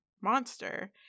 monster